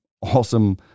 Awesome